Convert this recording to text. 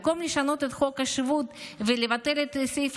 במקום לשנות את חוק השבות ולבטל את הסעיף